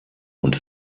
und